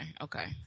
Okay